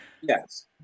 Yes